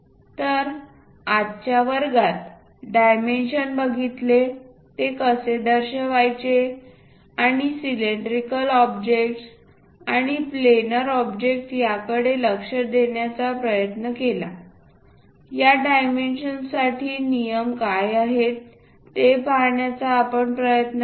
तर आजच्या वर्गात डायमेन्शन बघितले ते कसे दर्शवायचे आणि सिलेंड्रिकल ऑब्जेक्ट्स आणि प्लेनर ऑब्जेक्ट्स याकडे लक्ष देण्याचा प्रयत्न केला या डायमेन्शनसाठी नियम काय आहेत हे पाहण्याचा आपण प्रयत्न केला